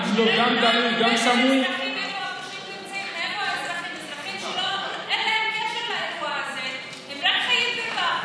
אזרחים שאין להם קשר לאירוע הזה, הם חיים בפחד.